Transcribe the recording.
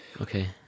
okay